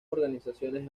organizaciones